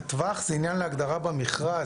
הטווח זה עניין להגדרה במכרז,